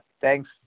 thanks